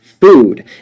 food